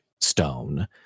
stone